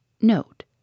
Note